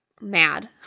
mad